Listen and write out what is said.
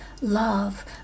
love